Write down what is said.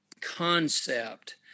concept